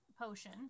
potion